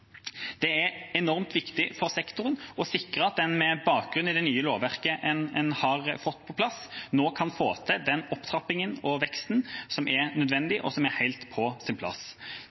Det er enormt viktig for sektoren og sikrer at en med bakgrunn i det nye lovverket en har fått på plass, nå kan få til den opptrappingen og veksten som er nødvendig, og som er helt på sin plass.